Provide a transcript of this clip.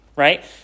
right